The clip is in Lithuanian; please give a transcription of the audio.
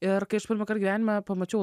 ir kai aš pirmąkart gyvenime pamačiau